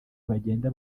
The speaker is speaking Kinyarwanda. bagenda